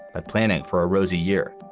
a planet for a rosy year.